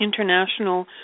International